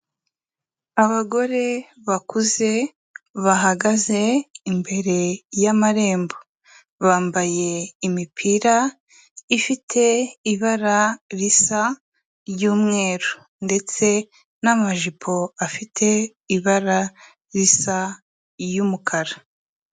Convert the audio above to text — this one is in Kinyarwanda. Abagore bakuze bahagaze imbere y'amarembo, bambaye imipira ifite ibara risa ry'umweru ndetse n'amajipo afite ibara risa iy'umukara.